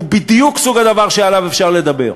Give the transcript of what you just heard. הוא בדיוק סוג הדבר שעליו אפשר לדבר,